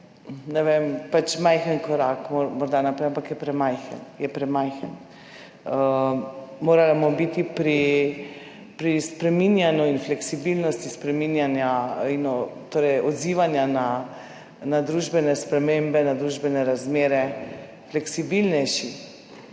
ne vem, morda majhen korak naprej, je premajhen. Je premajhen. Moramo biti pri spreminjanju in fleksibilnosti spreminjanja in odzivanja na družbene spremembe, na družbene razmere fleksibilnejši,